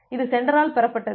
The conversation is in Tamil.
இது சென்டரால் பெறப்பட்டது